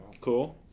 Cool